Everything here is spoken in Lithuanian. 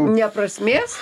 ne prasmės